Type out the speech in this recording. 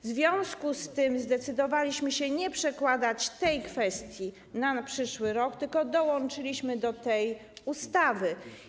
W związku z tym zdecydowaliśmy się nie przekładać tej kwestii na przyszły rok, tylko dołączyliśmy to do tej ustawy.